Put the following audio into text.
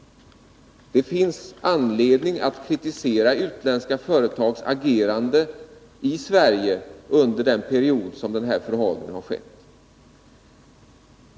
Det finns all anledning att kritisera en del utländska företags agerande i Sverige under den period då den här förhalningen har skett.